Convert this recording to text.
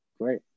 Great